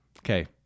okay